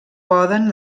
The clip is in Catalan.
poden